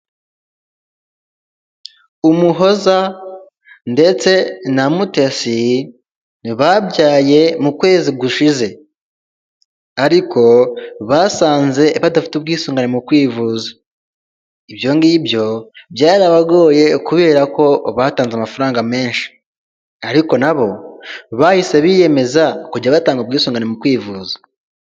Umuhoza ndetse na Mutesi ntibabyaye mu kwezi gushize, ariko basanze badafite ubwisungane mu kwivuza, ibyo ngibyo byarabagoye kubera ko batanze amafaranga menshi, ariko nabo bahise biyemeza kujya batanga ubwisugane mu kwivuza.